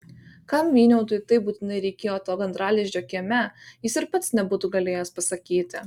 kam vyniautui taip būtinai reikėjo to gandralizdžio kieme jis ir pats nebūtų galėjęs pasakyti